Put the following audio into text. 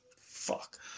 Fuck